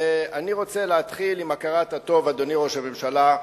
ואני רוצה להתחיל עם הכרת הטוב, אדוני ראש הממשלה.